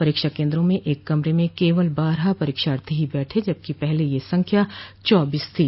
परीक्षा केन्द्रों में एक कमरे में केवल बारह परीक्षार्थी ही बैठे जबकि पहले यह संख्या चौबीस थी